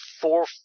four